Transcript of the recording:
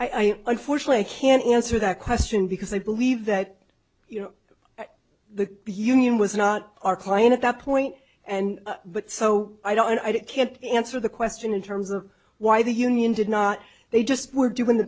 unfortunately i can't answer that question because i believe that you know the union was not our client at that point and but so i don't i can't answer the question in terms of why the union did not they just were doing the